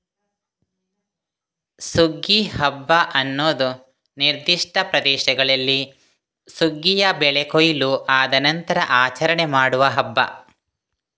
ಸುಗ್ಗಿ ಹಬ್ಬ ಅನ್ನುದು ನಿರ್ದಿಷ್ಟ ಪ್ರದೇಶಗಳಲ್ಲಿ ಸುಗ್ಗಿಯ ಬೆಳೆ ಕೊಯ್ಲು ಆದ ನಂತ್ರ ಆಚರಣೆ ಮಾಡುವ ಹಬ್ಬ